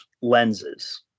lenses